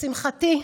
לשמחתי,